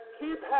keep